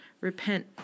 Repent